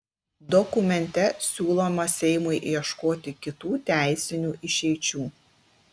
dokumente siūloma seimui ieškoti kitų teisinių išeičių